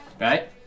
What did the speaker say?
right